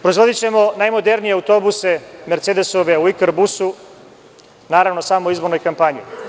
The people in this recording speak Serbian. Proizvodićemo najmodernije autobuse, Mercedesove u „Ikarbusu“, naravno samo u izbornoj kampanji.